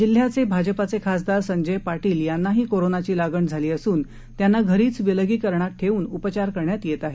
जिल्ह्याचे भाजपाचे खासदार संजय पाटील यांनाही कोरोनाची लागण झाली असून त्यांना घरीच विलगीकरणात ठेवून उपचार करण्यात येत आहेत